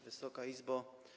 Wysoka Izbo!